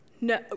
No